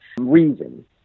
reason